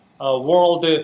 world